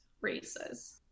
races